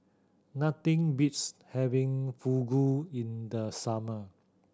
nothing beats having Fugu in the summer